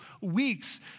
weeks